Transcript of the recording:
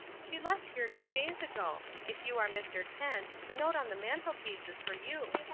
she left here two days ago. if you are mr. kent, the note on the mantelpiece is for you.